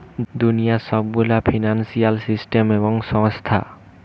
দুনিয়ার সব গুলা ফিন্সিয়াল সিস্টেম এবং সংস্থা